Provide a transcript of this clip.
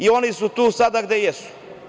Oni su tu sada gde jesu.